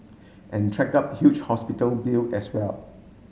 and track up huge hospital bill as well